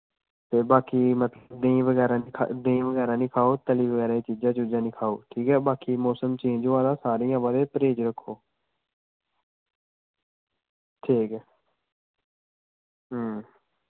ते बाकी देहीं बगैरा देहीं बगैरा नेईं खाओ तली दियां चीजां चुजां बगैरा नेईं खाओ ठीक ऐ बाकी मौसम चेंज होआ दा सारें गी अवा दे परहेज़ रक्खो ठीक ऐ हां